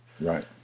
right